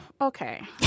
okay